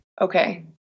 okay